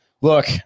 Look